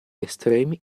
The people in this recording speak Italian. estremi